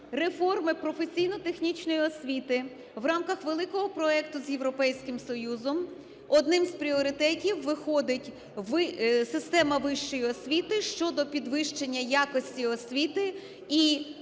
реформи професійно-технічної освіти в рамках великого проекту з Європейським Союзом, одним з пріоритетів виходить система вищої освіти щодо підвищення якості освіти